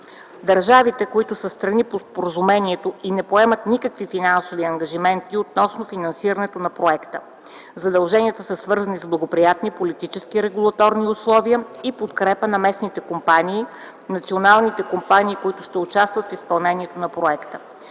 Държавите, които са страни по споразумението, не поемат никакви финансови ангажименти относно финансирането на проекта. Задълженията са свързани с благоприятни политически, регулаторни условия и подкрепа на местните компании, националните компании, които ще участват в изпълнението на проекта.